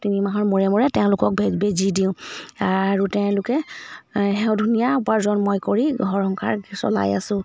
তিনি মাহৰ মূৰে মূৰে তেওঁলোকক ভে বিজী দিওঁ আৰু তেওঁলোকে সে ধুনীয়া উপাৰ্জন মই কৰি ঘৰ সংসাৰ চলাই আছো